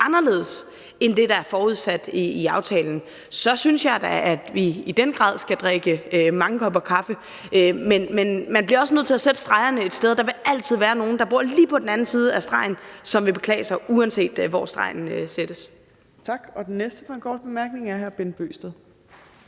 anderledes end det, der er forudsat i aftalen, så skal vi da i den grad drikke kaffe. Men man bliver også nødt til at sætte stregen et sted, og der vil altid være nogle, der bor lige på den anden side af stregen, som vil beklage sig, uanset hvor stregen sættes. Kl. 15:47 Fjerde næstformand (Trine Torp): Tak. Og den næste